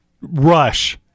rush